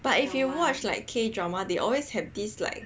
but if you watch like K drama they always have this kind